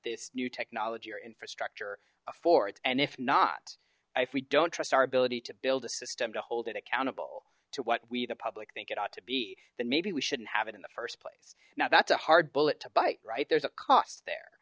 this new technology or infrastructure affords and if not if we don't trust our ability to build a system to hold it accountable to what we the public think it ought to be then maybe we shouldn't have it in the first place now that's a hard bullet to bite right there's a cost there